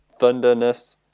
thunderness